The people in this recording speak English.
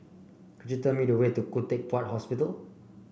could you tell me the way to Khoo Teck Puat Hospital